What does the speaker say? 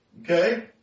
Okay